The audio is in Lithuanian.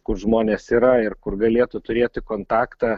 kur žmonės yra ir kur galėtų turėti kontaktą